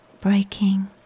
breaking